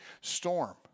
storm